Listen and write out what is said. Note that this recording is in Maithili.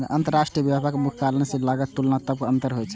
अंतरराष्ट्रीय व्यापारक मुख्य कारण मे लागत मे तुलनात्मक अंतर होइ छै